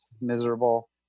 miserable